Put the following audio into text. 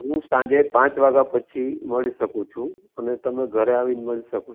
હું સાંજે પાંચ વાગયા પછી મળી શકું છું અને તમે ઘરે આવીને મળી શકો છો